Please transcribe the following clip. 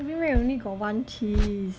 big mac only got one cheese